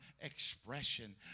expression